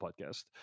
podcast